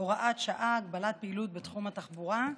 (הוראת שעה) (הגבלת פעילות בתחום התחבורה)